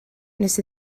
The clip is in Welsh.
wnes